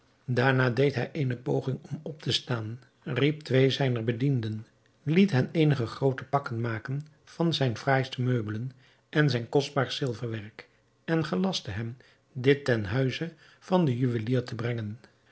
daarna deed hij eene poging om op te staan riep twee zijner bedienden liet hen eenige groote pakken maken van zijne fraaiste meubelen en zijn kostbaarst zilverwerk en gelastte hen dit ten huize van den juwelier te brengen